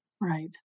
Right